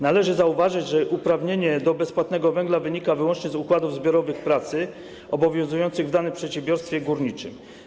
Należy zauważyć, że uprawnienie do bezpłatnego węgla wynika wyłącznie z układów zbiorowych pracy obowiązujących w danym przedsiębiorstwie górniczym.